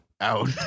out